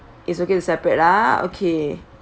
it's okay to separate ah okay